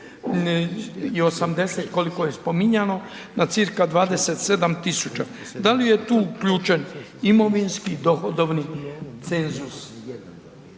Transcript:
i 80 koliko je spominjano, na cca 27 000. Da li je tu uključen imovinski dohodovni cenzus?